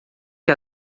que